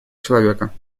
человека